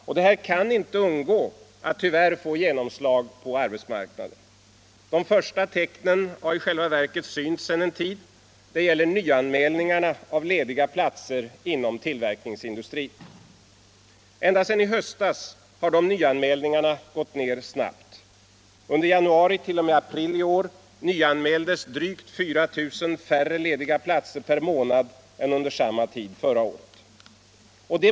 Detta kan tyvärr inte undgå att få genomslag på arbetsmarkaden. De första tecknen har i själva verket synts sedan en tid. Det gäller nyanmälningarna av lediga platser inom tillverkningsindustrin. Ända sedan i höstas har nyanmälningarna gått ner snabbt. Under tiden januari t.o.m. april i år nyanmäldes drygt 4 000 färre lediga platser per månad än under samma tid förra året.